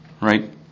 right